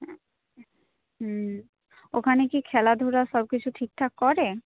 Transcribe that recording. হুম ওখানে কি খেলাধুলা সব কিছু ঠিকঠাক করে